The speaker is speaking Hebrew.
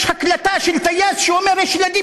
יש הקלטה של טייס שאומר: יש ילדים,